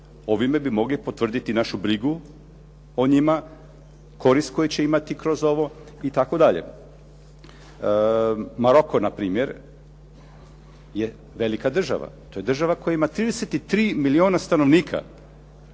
Ovime bi mogli potvrditi našu brigu o njima, korist koji će imati kroz ovo itd.. Maroco npr. je velika država, to je država koja ima 33 milijuna stanovnika.